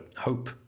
hope